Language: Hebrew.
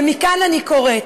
ומכאן אני קוראת